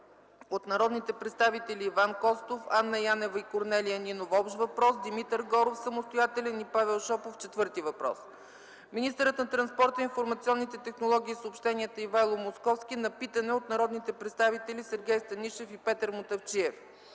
от народните представители Иван Костов, Анна Янева и Корнелия Нинова – общ въпрос, Димитър Горов – самостоятелен въпрос и Павел Шопов – четвърти въпрос; - министърът на транспорта, информационните технологии и съобщенията Ивайло Московски на питане от народните представители Сергей Станишев и Петър Мутафчиев;